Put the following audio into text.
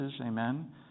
Amen